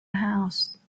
house